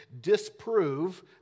disprove